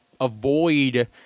avoid –